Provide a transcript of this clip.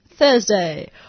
Thursday